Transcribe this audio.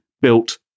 built